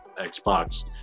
xbox